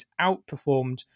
outperformed